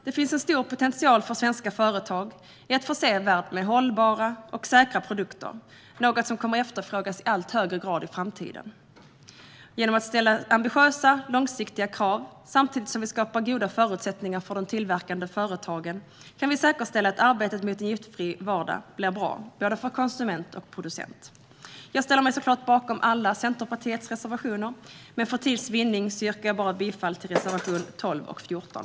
Det finns en stor potential för svenska företag i att förse världen med hållbara och säkra produkter - något som kommer att efterfrågas i allt högre grad i framtiden. Genom att ställa ambitiösa, långsiktiga krav samtidigt som vi skapar goda förutsättningar för de tillverkande företagen kan vi säkerställa att arbetet med en giftfri vardag blir bra både för konsument och för producent. Jag ställer mig såklart bakom alla Centerpartiets reservationer, men för tids vinnande yrkar jag bifall endast till reservationerna 12 och 14.